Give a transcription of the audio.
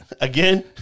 Again